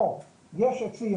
או יש עצים,